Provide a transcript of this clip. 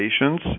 patients